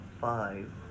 five